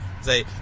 say